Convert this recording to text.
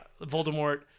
Voldemort